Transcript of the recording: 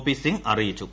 P Singh അറിയിച്ചു